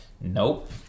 Nope